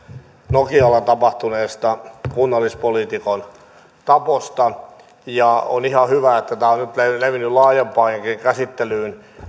nokialla tapahtuneesta kunnallispoliitikon taposta ja on ihan hyvä että tämä on nyt levinnyt laajempaankin käsittelyyn